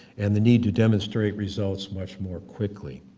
and the need to demonstrate results much more quickly.